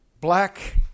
black